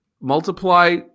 multiply